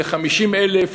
ל-50,000,